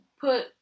put